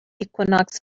equinox